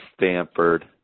Stanford